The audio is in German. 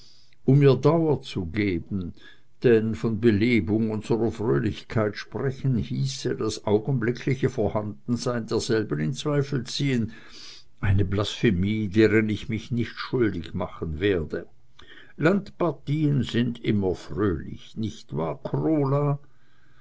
um ihr dauer zu geben denn von belebung unserer fröhlichkeit sprechen hieße das augenblickliche vorhandensein derselben in zweifel ziehen eine blasphemie deren ich mich nicht schuldig machen werde landpartien sind immer fröhlich nicht wahr krola